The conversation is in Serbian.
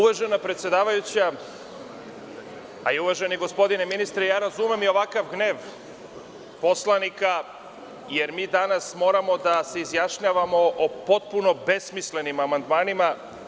Uvažena predsedavajuća a i uvaženi gospodine ministre, razumem ovakav gnev poslanika, jer danas moramo da se izjašnjavamo o potpuno besmislenim amandmanima.